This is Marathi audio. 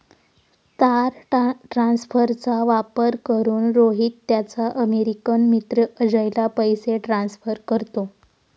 तार ट्रान्सफरचा वापर करून, रोहित त्याचा अमेरिकन मित्र अजयला पैसे ट्रान्सफर करतो